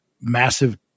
massive